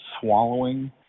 swallowing